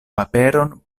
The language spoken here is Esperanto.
paperon